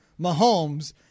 Mahomes